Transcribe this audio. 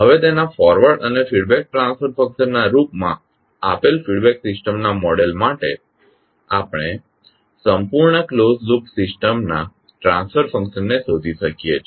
હવે તેના ફોરવર્ડ અને ફીડબેક ટ્રાન્સફર ફંકશનના રુપમા આપેલ ફીડબેક સિસ્ટમના મોડેલ માટે આપણે સંપૂર્ણ ક્લોસ્ડ લૂપ સિસ્ટમ ના ટ્રાન્સફર ફંકશનને શોધી શકીએ છીએ